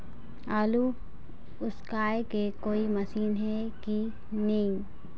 आलू उसकाय के कोई मशीन हे कि नी?